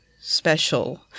special